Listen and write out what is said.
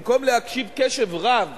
במקום להקשיב קשב רב